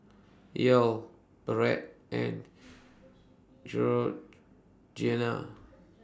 Yael Brett and Georganna